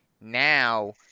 now